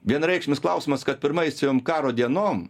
vienareikšmis klausimas kad pirmaisiom karo dienom